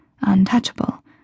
untouchable